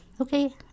Okay